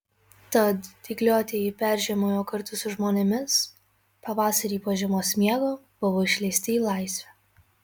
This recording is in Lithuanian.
tad dygliuotieji peržiemojo kartu su žmonėmis pavasarį po žiemos miego buvo išleisti į laisvę